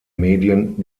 medien